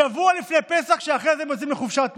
שבוע לפני פסח, כשאחרי זה הם יוצאים לחופשת פסח.